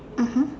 mmhmm